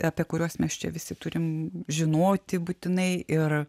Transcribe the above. apie kuriuos mes čia visi turim žinoti būtinai ir